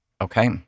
Okay